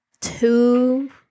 two